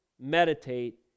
meditate